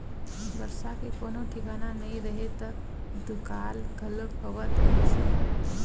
बरसा के कोनो ठिकाना नइ रहय त दुकाल घलोक होवत रहिस हे